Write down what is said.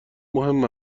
مهم